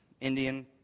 Indian